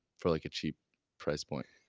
for like a cheap price point.